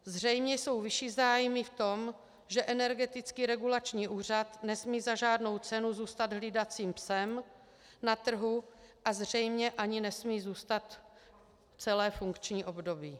Zřejmě jsou vyšší zájmy v tom, že Energetický regulační úřad nesmí za žádnou cenu zůstat hlídacím psem na trhu a zřejmě ani nesmí zůstat celé funkční období.